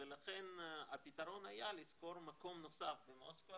לכן הפתרון היה לשכור מקום נוסף במוסקבה